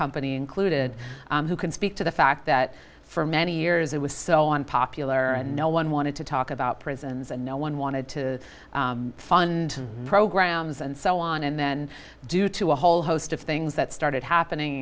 company included who can speak to the fact that for many years it was so unpopular and no one wanted to talk about prisons and no one wanted to fund programs and so on and then due to a whole host of things that started happening